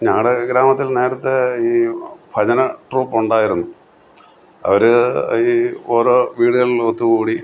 ഞങ്ങളുടെ ഗ്രാമത്തിൽ നേരത്തെ ഈ ഭജന ട്രൂപ്പുണ്ടായിരുന്നു അവർ ഈ ഓരോ വീടുകളിൽ ഒത്തു കൂടി